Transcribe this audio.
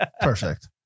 Perfect